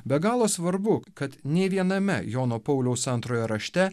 be galo svarbu kad nė viename jono pauliaus antrojo rašte